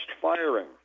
firing